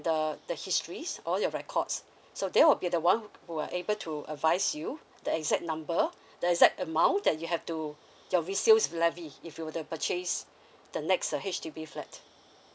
the the histories all your records so they will be the one who are able to advise you the exact number the exact amount that you have to your resale levy if you were to purchase the next uh H_D_B flat